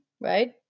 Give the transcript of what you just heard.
right